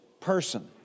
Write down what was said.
person